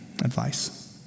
advice